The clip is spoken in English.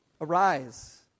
arise